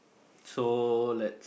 so let